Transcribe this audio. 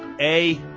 a